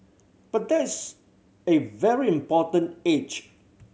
but that's a very important age